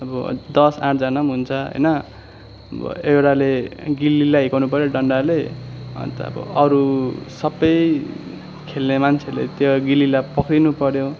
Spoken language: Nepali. अब दस आठजना पनि हुन्छ होइन अब एउटाले गिल्लीलाई हिर्काउनु पऱ्यो डन्डाले अन्त अब अरू सबै खेल्ने मान्छेले त्यो गिल्लीलाई पक्रिनु पऱ्यो